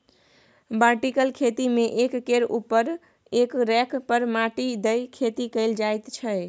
vertical खेती मे एक केर उपर एक रैक पर माटि दए खेती कएल जाइत छै